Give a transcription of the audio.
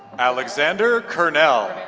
alexander curnell